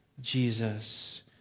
Jesus